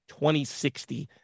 2060